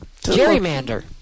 Gerrymander